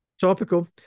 Topical